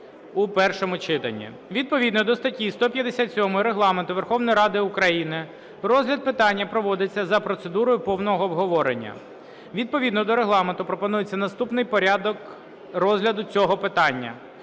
в першому читанні. Відповідно до статті 157 Регламенту Верховної Ради України розгляд питання проводиться за процедурою повного обговорення. Відповідно до Регламенту пропонується наступний порядок розгляду цього питання: